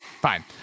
Fine